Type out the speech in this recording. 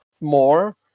more